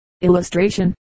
Illustration